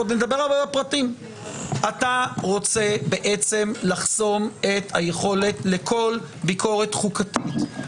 אתה רוצה לחסום את היכולת לכל ביקורת חוקתית,